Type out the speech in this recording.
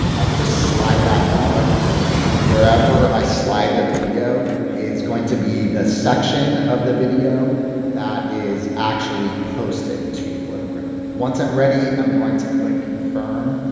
i could just slide that bar and wherever i slide the video is going to be the section of the video that is actually posted to flipgrid. once i'm ready i'm going to click confirm.